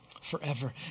forever